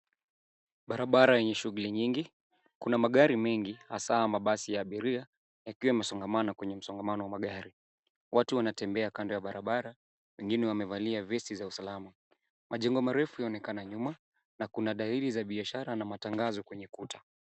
Barabara yenye shughuli nyingi. Kuna magari mengi, hasa mabasi ya abiria, yakiwa yamesongamana kwenye msongamano wa magari. Watu wanatembea kando ya barabara, wengine wamevalia vesti za usalama. Majengo marefu yanaonekana nyuma, na kuna dalili za biashara na matangazo kwenye kuta.